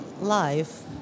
life